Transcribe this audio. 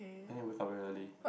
I need wake up very early